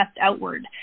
outward